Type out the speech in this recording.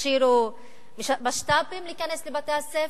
תכשירו משת"פים להיכנס לבתי-הספר,